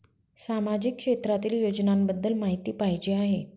सामाजिक क्षेत्रातील योजनाबद्दल माहिती पाहिजे आहे?